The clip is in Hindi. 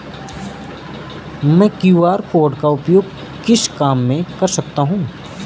मैं क्यू.आर कोड का उपयोग किस काम में कर सकता हूं?